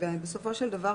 בסופו של דבר,